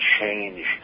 change